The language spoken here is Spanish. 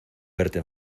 verte